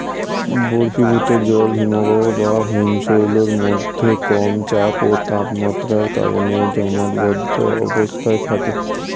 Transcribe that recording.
বরফীভূত জল হিমবাহ বা হিমশৈলের মধ্যে কম চাপ ও তাপমাত্রার কারণে জমাটবদ্ধ অবস্থায় থাকে